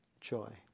joy